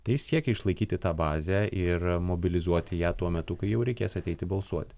tai jis siekia išlaikyti tą bazę ir mobilizuoti ją tuo metu kai jau reikės ateiti balsuoti